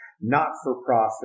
not-for-profit